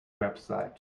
website